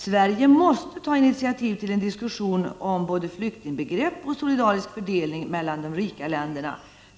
Sverige måste ta initiativ till en diskussion om både flyktingbegrepp och solidarisk fördelning mellan de rika länderna.